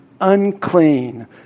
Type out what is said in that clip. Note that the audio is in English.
Unclean